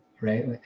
right